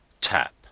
tap